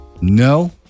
No